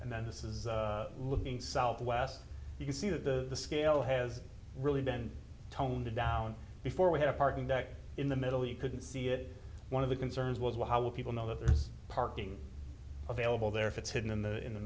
and then this is looking southwest you can see that the scale has really been toned down before we had a parking deck in the middle you couldn't see it one of the concerns was well how will people know that there's parking available there if it's hidden in the in the